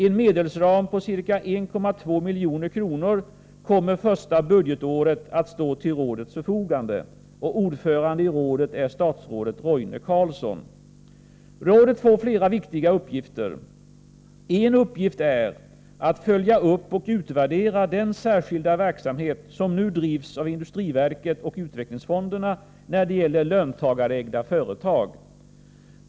En medelsram på ca 1,2 milj.kr. kommer under första budgetåret att stå till rådets förfogande. Ordförande i rådet är statsrådet Roine Carlsson. Rådet får flera viktiga uppgifter. En uppgift är att följa upp och utvärdera den särskilda verksamhet som nu drivs av industriverket och utvecklingsfonderna när det gäller löntagarägda företag.